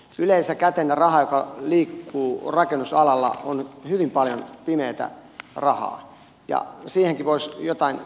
yleensä käteinen raha joka liikkuu rakennusalalla on hyvin paljon pimeätä rahaa ja siihenkin voisi miettiä jotain säädöksiä